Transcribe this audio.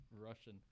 Russian